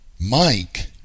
Mike